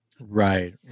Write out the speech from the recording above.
Right